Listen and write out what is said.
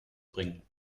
bringen